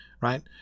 right